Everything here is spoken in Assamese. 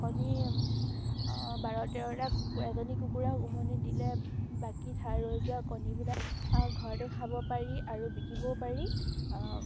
কণী বাৰ তেৰটা কুকুৰা এজনী কুকুৰাক উমনি দিলে বাকী ৰৈ যোৱা কণীবিলাক ঘৰতে খাব পাৰি আৰু বিকিবও পাৰি